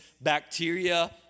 bacteria